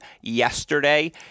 yesterday